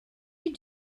you